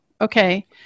okay